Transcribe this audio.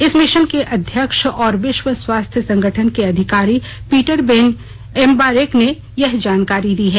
इस मिशन के अध्यक्ष और विश्व स्वास्थ्य संगठन के अधिकारी पीटरबेन एमबारेक ने यह जानकारी दी है